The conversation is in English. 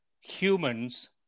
humans